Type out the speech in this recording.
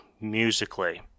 musically